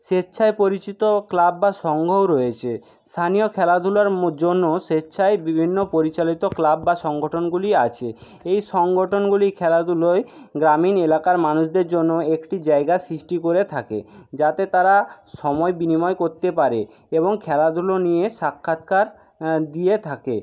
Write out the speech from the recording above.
স্বেচ্ছায় পরিচিত ক্লাব বা সঙ্ঘও রয়েছে স্থানীয় খেলাধুলার জন্য স্বেচ্ছায় বিভিন্ন পরিচালিত ক্লাব বা সংগঠনগুলি আছে এই সংগঠনগুলি খেলাধুলোয় গ্রামীণ এলাকার মানুষদের জন্য একটি জায়গা সৃষ্টি করে থাকে যাতে তারা সময় বিনিময় করতে পারে এবং খেলাধুলো নিয়ে সাক্ষাৎকার দিয়ে থাকে